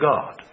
God